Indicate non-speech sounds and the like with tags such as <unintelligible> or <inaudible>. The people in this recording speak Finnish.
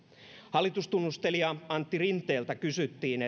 hallitustunnustelija antti rinteeltä kysyttiin <unintelligible>